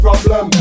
Problem